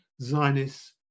zionists